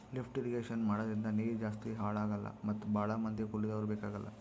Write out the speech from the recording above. lift irrigation ಮಾಡದ್ರಿಂದ ನೀರ್ ಜಾಸ್ತಿ ಹಾಳ್ ಆಗಲ್ಲಾ ಮತ್ ಭಾಳ್ ಮಂದಿ ಕೂಲಿದವ್ರು ಬೇಕಾಗಲ್